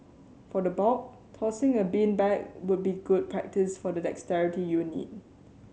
for the bulk tossing a beanbag would be good practice for the dexterity you need